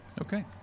Okay